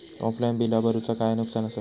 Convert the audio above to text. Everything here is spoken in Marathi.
ऑफलाइन बिला भरूचा काय नुकसान आसा?